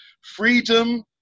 freedom